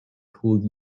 called